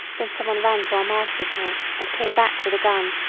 then some one ran to our master's house and came back with a gun